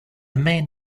main